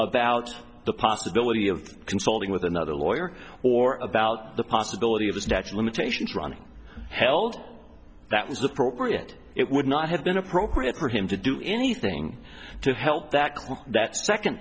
the out the possibility of consulting with another lawyer or about the possibility of a statute limitations running held that is appropriate it would not have been appropriate for him to do anything to help that that second